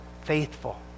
faithful